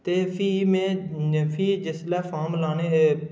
ते फ्ही में फ्ही जिसलै फार्म लाने दे